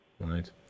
Right